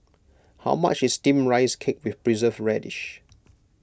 how much is Steamed Rice Cake with Preserved Radish